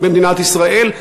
במדינת ישראל,